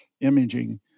imaging